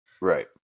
Right